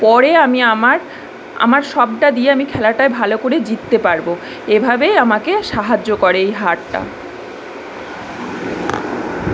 পরে আমি আমার আমার সবটা দিয়ে আমি খেলটায় ভালো করে জিততে পারবো এভাবেই আমাকে সাহায্য করে এই হারটা